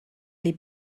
les